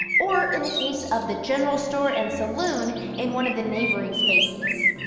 or, in the case of the general store and saloon, in one of the neighboring spaces.